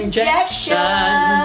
injection